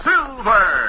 Silver